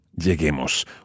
lleguemos